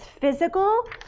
physical